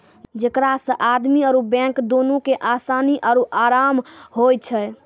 जेकरा से आदमी आरु बैंक दुनू के असानी आरु अराम होय छै